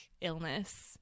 illness